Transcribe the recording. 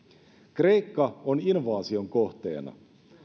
kreikka on invaasion kohteena